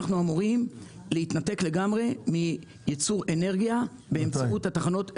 אנחנו אמורים להתנתק לגמרי מייצור אנרגיה באמצעות התחנות.